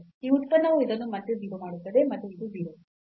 ಈ ಉತ್ಪನ್ನವು ಇದನ್ನು ಮತ್ತೆ 0 ಮಾಡುತ್ತದೆ ಮತ್ತು ಇದು 0